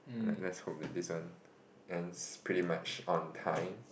like let's hope that this one ends pretty much on time